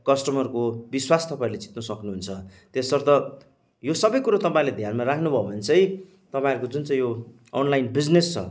कस्टमरको विश्वास तपाईँहरूले जित्नु सक्नुहुन्छ त्यसर्थ यो सबै कुरो तपाईँहरूले ध्यानमा राख्नुभयो भने चाहिँ तपाईँहरूको जुन चाहिँ यो अनलाइन बिजनेस छ